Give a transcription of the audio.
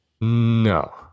No